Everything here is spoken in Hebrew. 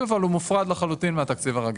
אבל הוא מופרד לחלוטין מהתקציב הרגיל.